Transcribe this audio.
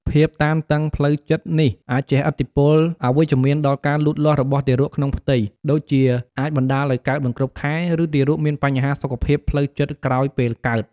ភាពតានតឹងផ្លូវចិត្តនេះអាចជះឥទ្ធិពលអវិជ្ជមានដល់ការលូតលាស់របស់ទារកក្នុងផ្ទៃ ដូចជាអាចបណ្តាលឲ្យកើតមិនគ្រប់ខែ ឬទារកមានបញ្ហាសុខភាពផ្លូវចិត្តក្រោយពេលកើត។